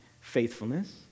faithfulness